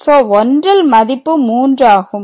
So 1ல் மதிப்பு 3 ஆகும்